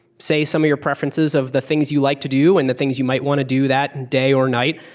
say, some of your preferences of the things you like to do and the things that you might want to do that day or night,